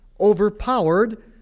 overpowered